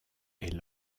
est